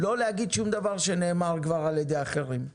לא להגיד שום דבר שכבר נאמר על ידי אחרים.